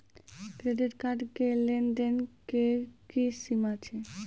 Credit card के लेन देन के की सीमा छै?